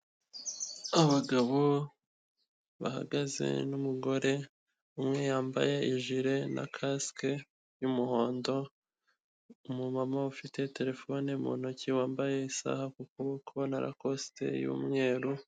Abagabo bahagaze n'umugore umwe yambaye ijire na kasike y'umuhondo, umumuma ufite terefone mu ntoki, wambaye isaha ku kuboko na rakosite y'umweru.